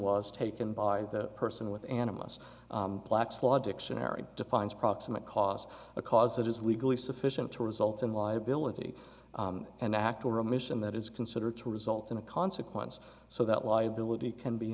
was taken by the person with animals black's law dictionary defines proximate cause a cause that is legally sufficient to result in liability and act to remission that is considered to result in a consequence so that liability can be